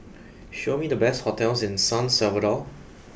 show me the best hotels in San Salvador